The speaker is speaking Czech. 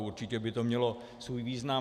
Určitě by to mělo svůj význam.